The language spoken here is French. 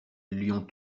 lyon